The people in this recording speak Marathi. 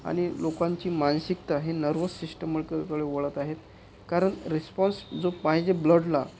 आणि लोकांची मानसिकता ही नर्वस सिस्टमकडे वळत आहे कारण रिस्पॉन्स जो पाहिजे ब्लडला